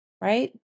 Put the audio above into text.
right